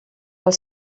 els